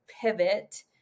pivot